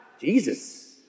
Jesus